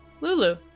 Lulu